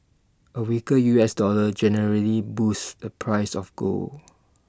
A weaker U S dollar generally boosts the price of gold